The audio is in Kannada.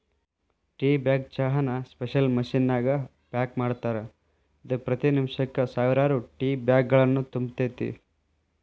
ಟೇ ಬ್ಯಾಗ್ ಚಹಾನ ಸ್ಪೆಷಲ್ ಮಷೇನ್ ನ್ಯಾಗ ಪ್ಯಾಕ್ ಮಾಡ್ತಾರ, ಇದು ಪ್ರತಿ ನಿಮಿಷಕ್ಕ ಸಾವಿರಾರು ಟೇಬ್ಯಾಗ್ಗಳನ್ನು ತುಂಬತೇತಿ